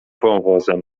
wąwozem